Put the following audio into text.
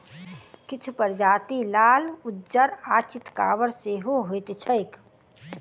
किछु प्रजाति लाल, उज्जर आ चितकाबर सेहो होइत छैक